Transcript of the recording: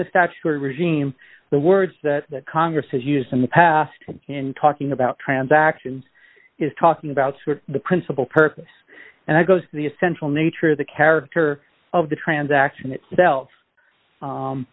or regime the words that the congress has used in the past in talking about transactions is talking about the principal purpose and i goes to the essential nature of the character of the transaction itself